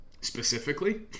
Specifically